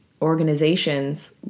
organizations